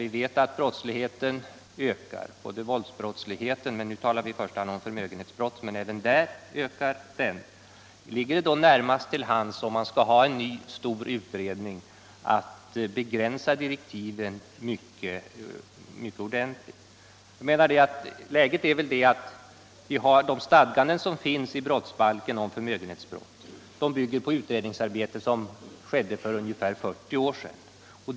Det gäller både våldsbrotten och det som vi nu talar om, förmögenhetsbrotten. I det läget ligger det väl knappast i första rummet till hands, om man skall ha en stor utredning, att begränsa direktiven i stor utsträckning. De stadganden som finns i brottsbalken om förmögenhetsbrott bygger på utredningsarbete som skedde för ungefär 40 år sedan.